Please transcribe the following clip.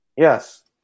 Yes